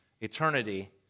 eternity